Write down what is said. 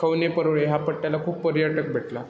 खवणे परुळे ह्या पट्ट्याला खूप पर्यटक भेटला